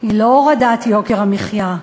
היא לא הורדת יוקר המחיה,